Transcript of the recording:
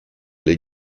les